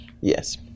Yes